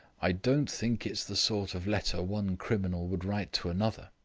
i don't think it's the sort of letter one criminal would write to another.